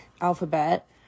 alphabet